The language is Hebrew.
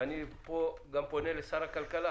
ואני פה גם פונה לשר הכלכלה